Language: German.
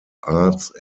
arts